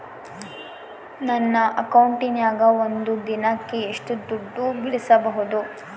ನನ್ನ ಅಕೌಂಟಿನ್ಯಾಗ ಒಂದು ದಿನಕ್ಕ ಎಷ್ಟು ದುಡ್ಡು ಬಿಡಿಸಬಹುದು?